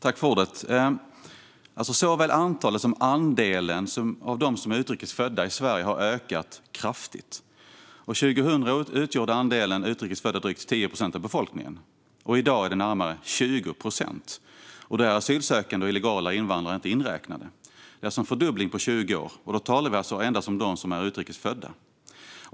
Fru talman! Såväl antalet som andelen av dem som är utrikes födda i Sverige har ökat kraftigt. År 2000 utgjorde andelen utrikes födda drygt 10 procent av befolkningen. I dag är det närmare 20 procent, och då är asylsökande och illegala invandrare inte inräknade. Det är alltså en fördubbling på 20 år, och då talar vi endast om dem som är utrikes födda.